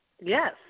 Yes